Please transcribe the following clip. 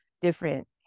different